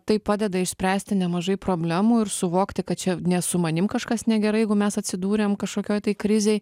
tai padeda išspręsti nemažai problemų ir suvokti kad čia ne su manim kažkas negerai jeigu mes atsidūrėm kažkokioj tai krizėj